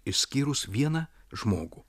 išskyrus vieną žmogų